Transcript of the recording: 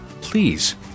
Please